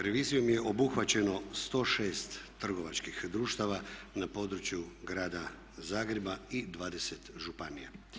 Revizijom je obuhvaćeno 106 trgovačkih društava na području Grada Zagreba i 20 županija.